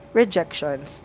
rejections